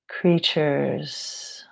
creatures